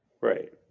Right